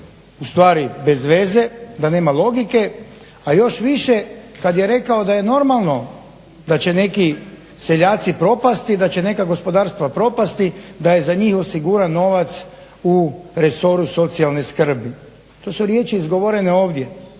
ustvari bezvezne, a nema logike, a još više kada je rekao da je normalno da će neki seljaci propasti i da će neka gospodarstva propasti, da je za njih osiguran novac u resoru socijalne skrbi. To su riječi izgovorene ovdje